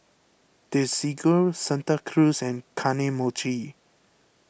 Desigual Santa Cruz and Kane Mochi